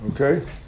Okay